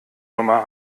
nummer